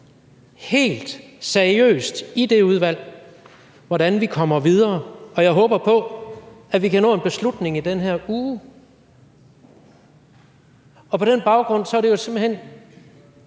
helt seriøst i det udvalg, hvordan vi kommer videre, og jeg håber på, at vi kan nå en beslutning i den her uge. På den baggrund er det jo simpelt hen